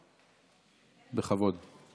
בכבוד.